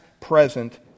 present